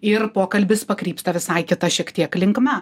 ir pokalbis pakrypsta visai kita šiek tiek linkme